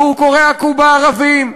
והוא קורא: הכו בערבים,